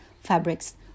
fabrics